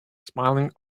smiling